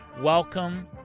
welcome